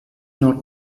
not